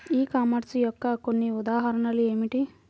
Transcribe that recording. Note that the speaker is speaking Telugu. ఈ కామర్స్ యొక్క కొన్ని ఉదాహరణలు ఏమిటి?